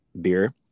beer